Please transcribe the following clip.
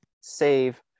save